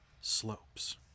slopes